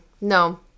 no